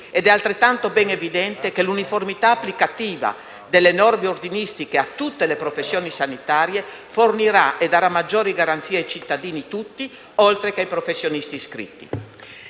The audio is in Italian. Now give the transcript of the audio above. È altrettanto ben evidente che l'uniformità applicativa delle norme ordinistiche a tutte le professioni sanitarie fornirà e darà maggiori garanzie ai cittadini tutti, oltre che ai professionisti iscritti.